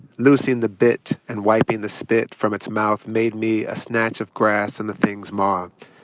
loosing the bit and wiping the spit from its mouth made me a snatch of grass in the thing's maw.